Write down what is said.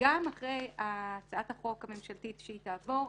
וגם אחרי הצעת החוק הממשלתית כשהיא תעבור,